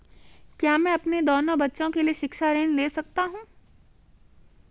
क्या मैं अपने दोनों बच्चों के लिए शिक्षा ऋण ले सकता हूँ?